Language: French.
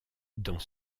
dans